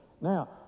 Now